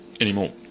anymore